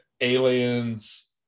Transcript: Aliens